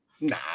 Nah